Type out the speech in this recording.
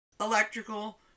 electrical